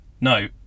No